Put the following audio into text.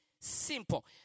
simple